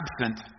absent